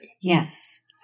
Yes